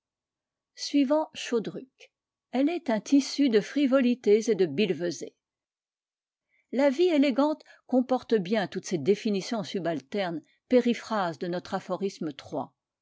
suivant chodruc elle est un tissu de frivolités et de billevesées la vie élégante comporte bien toutes ces définitions subalternes périphrases de notre aphorisme